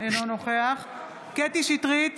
אינו נוכח קטי קטרין שטרית,